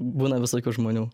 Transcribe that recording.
būna visokių žmonių